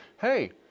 Hey